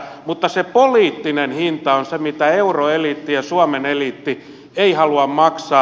mutta se poliittinen hinta on se mitä euroeliitti ja suomen eliitti eivät halua maksaa